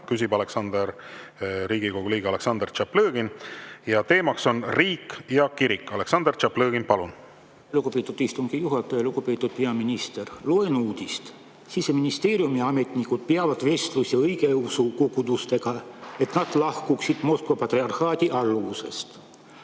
Küsib Riigikogu liige Aleksandr Tšaplõgin ning teema on riik ja kirik. Aleksandr Tšaplõgin, palun! Lugupeetud istungi juhataja! Lugupeetud peaminister! Loen uudist: Siseministeeriumi ametnikud peavad vestlusi õigeusu kogudustega, et nad lahkuksid Moskva patriarhaadi alluvusest.